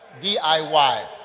diy